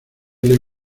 leo